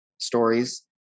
stories